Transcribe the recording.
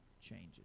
changes